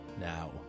Now